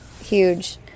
Huge